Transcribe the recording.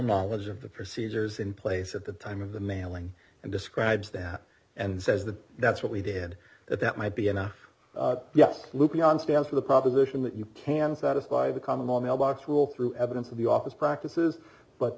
knowledge of the procedures in place at the time of the mailing and describes that and says that that's what we did that that might be enough yes look beyond stands for the proposition that you can satisfy the common law mailbox rule through evidence of the office practices but